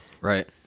right